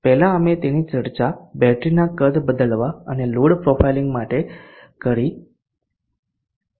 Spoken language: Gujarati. પહેલાં અમે તેની ચર્ચા બેટરીના કદ બદલવા અને લોડ પ્રોફાઇલિંગ માટે કરી હતી